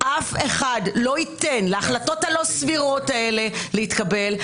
אף אחד לא ייתן להחלטות הלא סבירות האלה להתקבל,